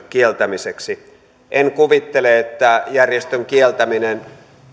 kieltämiseksi en kuvittele että järjestön kieltäminen